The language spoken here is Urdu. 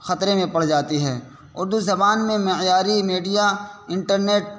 خطرے میں پڑ جاتی ہے اردو زبان میں معیاری میڈیا انٹرنیٹ